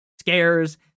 scares